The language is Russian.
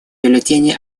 бюллетени